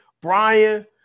Brian